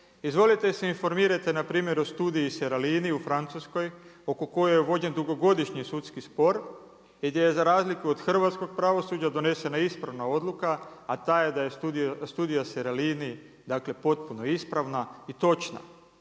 Izvolite se informirajte npr. o studiji Seralini u Francuskoj oko koje je vođen dugogodišnji sudski spor i gdje je za razliku od hrvatskog pravosuđa donesena ispravna odluka a ta ja je studija Seralini dakle potpuno ispravna i točna.